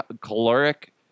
caloric